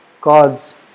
God's